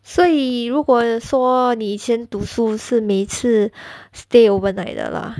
所以如果说你以前读书是每次 stay overnight 的 lah